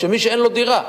מי שאין לו דירה.